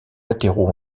latéraux